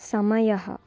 समयः